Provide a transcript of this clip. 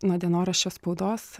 nuo dienoraščio spaudos